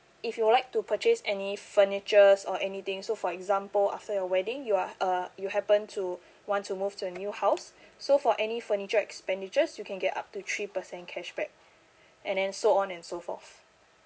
if you'd like to purchase any furniture or anything so for example after your wedding you are uh you happen to want to move to a new house so for any furniture expenditures you can get up to three percent cashback and then so on and so forth